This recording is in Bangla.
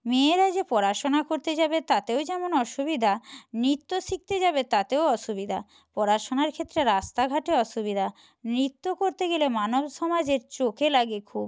মেয়েরা যে পড়াশোনা করতে যাবে তাতেও যেমন অসুবিধা নৃত্য শিখতে যাবে তাতেও অসুবিধা পড়াশোনার ক্ষেত্রে রাস্তাঘাটে অসুবিধা নৃত্য করতে গেলে মানব সমাজের চোখে লাগে খুব